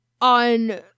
On